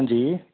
हंजी